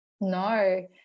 No